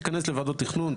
תיכנס לוועדות תכנון,